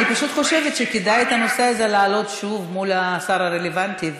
אני פשוט חושבת שכדאי להעלות את הנושא הזה שוב מול השר הרלוונטי.